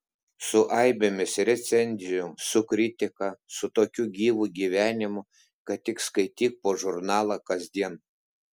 su aibėmis recenzijų su kritika su tokiu gyvu gyvenimu kad tik skaityk po žurnalą kasdien